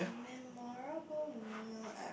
memorable meal I've